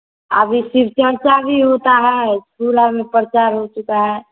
अब इस चीज़ की चर्चा भी होती है स्कूलों में प्रचार हो चुका है